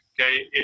okay